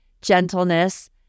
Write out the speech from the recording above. gentleness